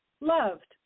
loved